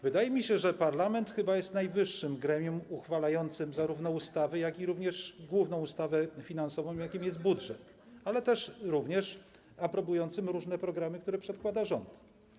Wydaje mi się, że parlament chyba jest najwyższym gremium uchwalającym zarówno ustawy, jak i główną ustawę finansową, jaką jest budżet, ale również aprobującym różne programy, które przedkłada rząd.